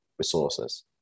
resources